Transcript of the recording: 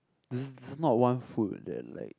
is is not one food that like